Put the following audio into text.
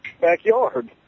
backyard